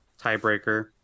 tiebreaker